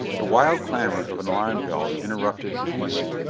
the wild clamor of an alarm bell interrupted his musing.